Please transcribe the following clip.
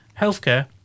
healthcare